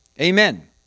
Amen